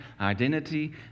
identity